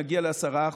נגיע ל-10%.